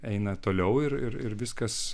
eina toliau ir ir viskas